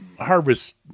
harvest